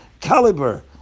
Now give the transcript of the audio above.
caliber